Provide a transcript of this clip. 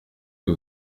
que